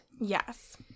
Yes